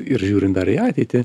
ir žiūrint dar į ateitį